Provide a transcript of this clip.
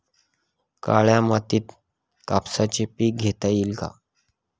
काळ्या मातीत कापसाचे पीक घेता येईल का?